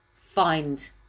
find